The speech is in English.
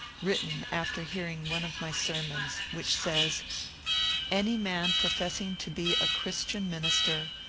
written after hear ing one of my sermons, which says any man professing to be a christian minister,